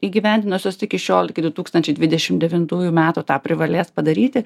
įgyvendinusios iki šiol iki du tūkstančiai dvidešimt devintųjų metų tą privalės padaryti